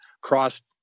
crossed